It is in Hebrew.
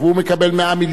אני יכול לתת לך דוגמה,